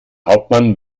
hauptmann